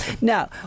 Now